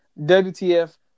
WTF –